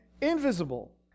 invisible